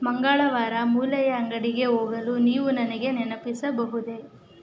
ಮಂಗಳವಾರ ಮೂಲೆಯ ಅಂಗಡಿಗೆ ಹೋಗಲು ನೀವು ನನಗೆ ನೆನಪಿಸಬಹುದೇ